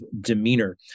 demeanor